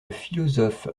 philosophe